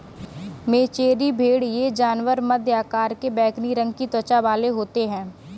मेचेरी भेड़ ये जानवर मध्यम आकार के बैंगनी रंग की त्वचा वाले होते हैं